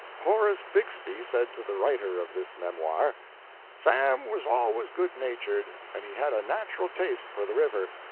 horace bixby said to the writer of this memoir sam was always good-natured, and he had a natural taste for the river.